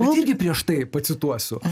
irgi prieš tai pacituosiu